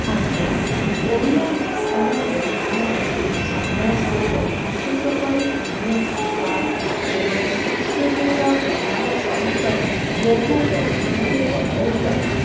ଆଜ୍ଞା ଓଡ଼ିଆ ଭାଷାର ବ୍ୟବହାର ସମୟ ସହିତ ବିଶେଷ କରି ଅନ୍ୟ ଭାଷା ଏବଂ ସଂସ୍କୃତିର ପ୍ରଭାବ ସହିତ ବହୁ ପରିମାଣରେ ବଦଳି ଯାଇଛି